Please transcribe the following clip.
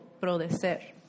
prodecer